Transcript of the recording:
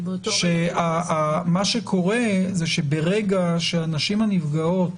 שברגע שהנשים הנפגעות